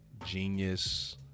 genius